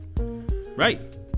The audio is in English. Right